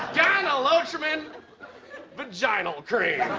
gyne-lotrimin but vagynal cream.